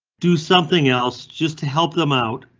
do something else just to help them out.